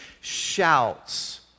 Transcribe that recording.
shouts